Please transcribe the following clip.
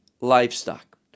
livestock